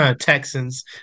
Texans